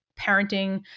parenting